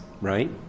Right